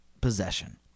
possession